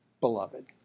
beloved